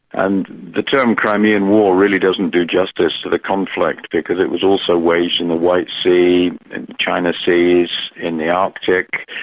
and the term crimean war really doesn't do justice to the conflict, because it was also waged in the white sea, in the china seas, in the arctic,